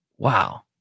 wow